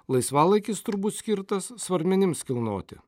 laisvalaikis turbūt skirtas svarmenims kilnoti